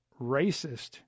racist